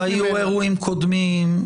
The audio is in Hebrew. היו אירועים קודמים.